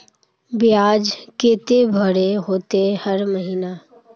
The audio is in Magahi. बियाज केते भरे होते हर महीना?